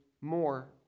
more